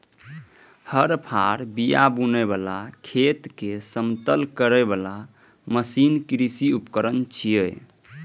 हर, फाड़, बिया बुनै बला, खेत कें समतल करै बला मशीन कृषि उपकरण छियै